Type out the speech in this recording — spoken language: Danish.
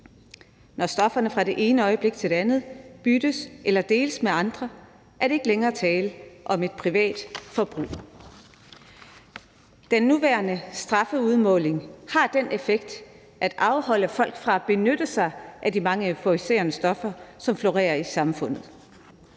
Når stofferne fra det ene øjeblik til det andet byttes eller deles med andre, er der ikke længere tale om et privat forbrug. Den nuværende strafudmåling har den effekt at afholde folk fra at benytte sig af de mange euforiserende stoffer, som florerer i samfundet.